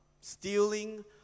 stealing